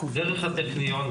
דרך הטכניון,